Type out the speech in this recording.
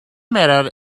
method